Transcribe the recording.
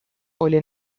oli